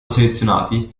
selezionati